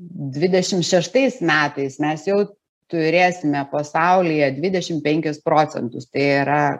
dvidešim šeštais metais mes jau turėsime pasaulyje dvidešim penkis procentus tai yra